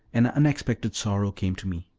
an unexpected sorrow came to me.